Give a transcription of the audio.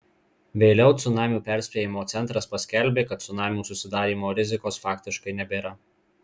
vėliau cunamių perspėjimo centras paskelbė kad cunamių susidarymo rizikos faktiškai nebėra